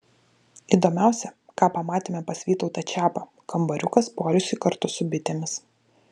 įdomiausia ką pamatėme pas vytautą čiapą kambariukas poilsiui kartu su bitėmis